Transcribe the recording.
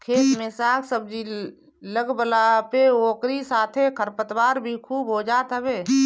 खेत में साग सब्जी लगवला पे ओकरी साथे खरपतवार भी खूब हो जात हवे